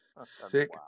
sick